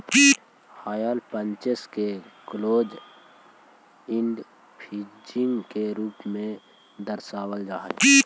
hire purchase के close end leasing के रूप में दर्शावल जा हई